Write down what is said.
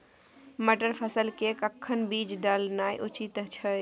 मटर फसल के कखन बीज डालनाय उचित छै?